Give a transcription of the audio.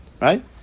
right